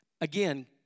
Again